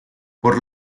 por